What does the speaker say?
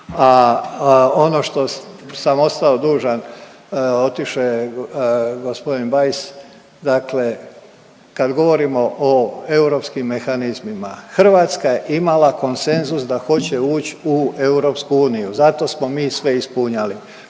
a ono što sam ostao dužan otišao je gospodin Bajs. Dakle, kad govorimo o europskim mehanizmima. Hrvatska je imala konsenzus da hoće ući u EU. Zato smo mi sve ispunjali.